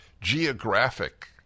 geographic